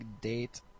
date